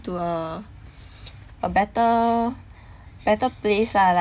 to a a better better place lah like